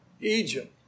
Egypt